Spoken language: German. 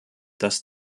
dass